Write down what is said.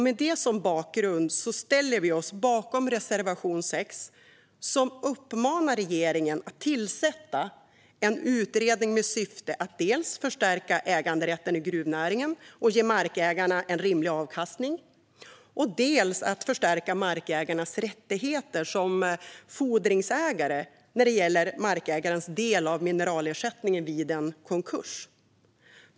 Med det som bakgrund ställer vi oss bakom reservation 6, som uppmanar regeringen att tillsätta en utredning med syfte att dels förstärka äganderätten i gruvnäringen och ge markägarna en rimlig avkastning, dels förstärka markägarens rättigheter som fordringsägare när det gäller markägarens del av mineralersättningen vid en konkurs.